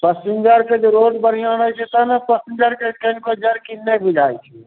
पसिञ्जरके जे रोड बढ़िआँ रहैत छै तऽ नहि पसिञ्जरके कनिको जरकिन नहि बुझाइत छै